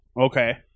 Okay